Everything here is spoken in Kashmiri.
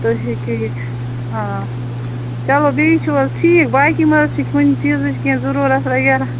تُہۍ ہٮ۪کِو یہِ آ چلو بیٚیہِ چھِو حَظ ٹھیٖک باقٕے مہٕ حَظ چھِ کُنہِ چیٖزچ کیٚنٛہہ ضروٗرت وغیراہ